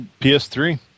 ps3